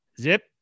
Zip